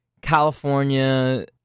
California